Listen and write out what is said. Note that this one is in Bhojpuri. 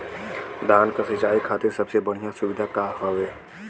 धान क सिंचाई खातिर सबसे बढ़ियां सुविधा का हवे?